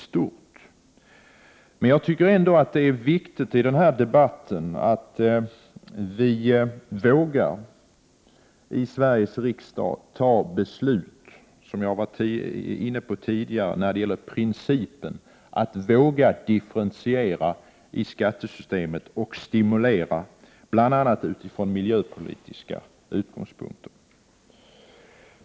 Förväntningarna på det arbetet är stora. Det är viktigt att vii Sveriges riksdag vågar fatta beslut, vilket jag tidigare har varit inne på, när det gäller principen att differentiera i skattesystemet och stimulera bl.a. med miljöpolitiska utgångspunkter.